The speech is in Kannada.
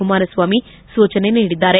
ಕುಮಾರಸ್ವಾಮಿ ಸೂಚನೆ ನೀಡಿದ್ದಾರೆ